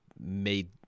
made